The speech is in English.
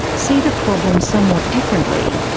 see the problem somewhat differently.